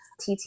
TT